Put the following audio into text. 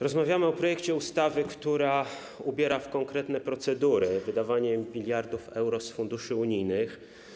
Rozmawiamy o projekcie ustawy, która ubiera w konkretne procedury wydawanie miliardów euro z funduszy unijnych.